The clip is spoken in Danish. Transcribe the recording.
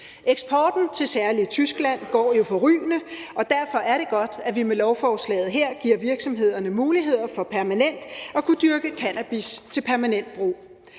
Eksporten til især Tyskland går jo forrygende, og derfor er det godt, at vi med lovforslaget her giver virksomhederne muligheder for permanent at kunne dyrke cannabis til medicinsk brug.